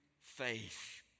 faith